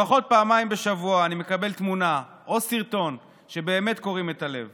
לפחות פעמיים בשבוע אני מקבל תמונה או סרטון שבאמת קורעים את הלב